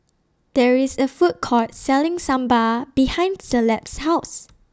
There IS A Food Court Selling Sambal behind Caleb's House